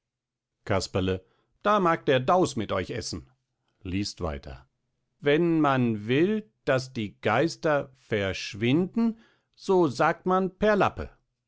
casperle da mag der daus mit euch eßen liest weiter wenn man will daß die geister verschwinden so sagt man